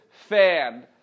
fan